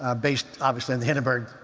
ah based, obviously, on the hindenburg.